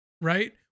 right